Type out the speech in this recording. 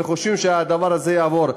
וחושבים שהדבר הזה יעבור.